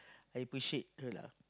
I appreciate her lah